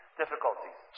difficulties